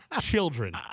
children